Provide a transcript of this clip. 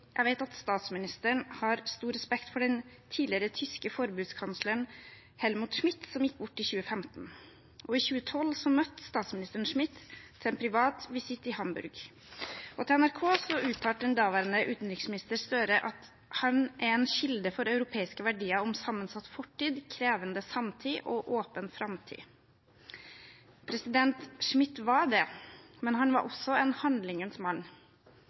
jeg vet at statsministeren har stor respekt for den tidligere tyske forbundskansleren Helmut Schmidt, som gikk bort i 2015. I 2012 møtte statsministeren Schmidt til en privat visitt i Hamburg, og til NRK uttalte den daværende utenriksministeren Støre: «Han er en kilde for europeiske verdier om sammensatt fortid, krevende samtid og åpen framtid». Schmidt var det, men han var også en handlingens mann.